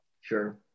sure